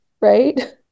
Right